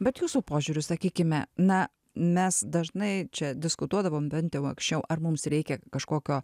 bet jūsų požiūriu sakykime na mes dažnai čia diskutuodavom bent jau anksčiau ar mums reikia kažkokio